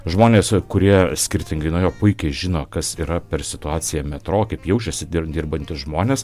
žmonės kurie skirtingai nuo jo puikiai žino kas yra per situacija metro kaip jaučiasi dirbantys žmonės